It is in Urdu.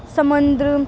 سمندر